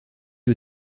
aux